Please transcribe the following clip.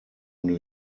new